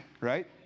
right